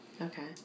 Okay